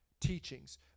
teachings